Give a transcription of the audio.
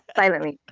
silently.